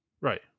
Right